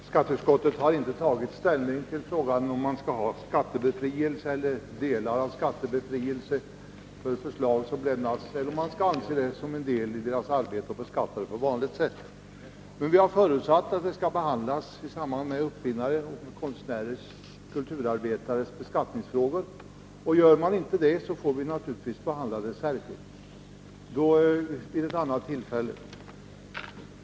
Fru talman! Skatteutskottet har inte tagit ställning till frågan om man skall ha skattebefrielse helt eller delvis för förslag som lämnas in eller om man skall anse sådana som en del i arbetet och beskatta dem på vanligt sätt. Men vi har förutsatt att saken behandlas i samband med uppfinnares, konstnärers och kulturarbetares beskattning, och sker inte det får vi naturligtvis behandla den särskilt vid ett annat tillfälle.